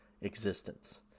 existence